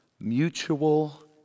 Mutual